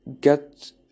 get